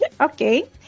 Okay